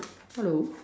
hello